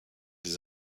des